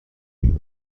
بیمار